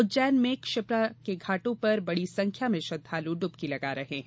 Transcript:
उज्जैन में क्षिप्रा के घाटों पर बड़ी संख्या में श्रद्वालु डुबकी लगा रहे हैं